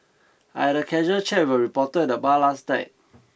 I had a casual chat with a reporter at bar last night